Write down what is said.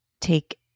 Take